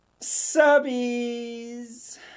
Subbies